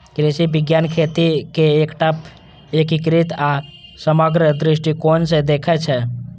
कृषि विज्ञान खेती कें एकटा एकीकृत आ समग्र दृष्टिकोण सं देखै छै